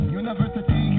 university